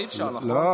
אי-אפשר, נכון?